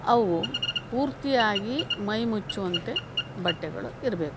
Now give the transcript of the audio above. ಅವು ಪೂರ್ತಿಯಾಗಿ ಮೈ ಮುಚ್ಚುವಂತೆ ಬಟ್ಟೆಗಳು ಇರಬೇಕು